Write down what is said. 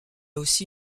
aussi